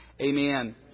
Amen